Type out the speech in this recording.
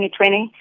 2020